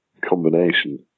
combination